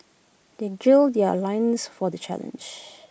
they gill their loins for the challenge